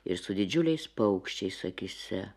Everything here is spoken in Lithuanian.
ir su didžiuliais paukščiais akyse